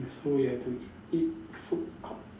so you have to eat eat food court